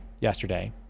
yesterday